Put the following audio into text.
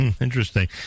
Interesting